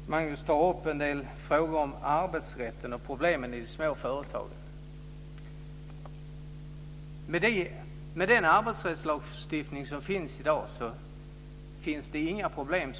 Fru talman! Magnus Jacobsson tar upp en del frågor om arbetsrätten och problemen i de små företagen. Med den arbetsrättslagstiftning som finns i dag är det som vi ser det inga problem